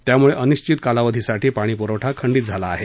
त्यामुळे अनिश्वित कालावधी साठी पाणीप्रवठा खंडित झाला आहे